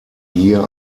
hier